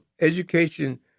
education